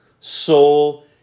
soul